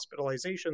hospitalizations